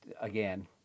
again